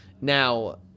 Now